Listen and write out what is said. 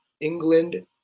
England